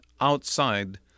outside